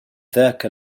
ذاك